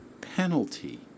penalty